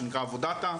שנקרא 'עבודטה',